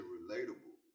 relatable